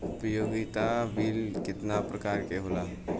उपयोगिता बिल केतना प्रकार के होला?